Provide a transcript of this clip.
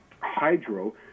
hydro